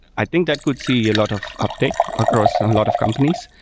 i think that could see a lot of uptick across and a lot of companies.